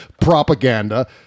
propaganda